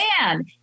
man